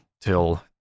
till